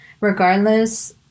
regardless